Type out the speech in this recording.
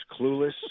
clueless